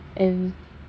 and